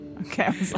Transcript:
Okay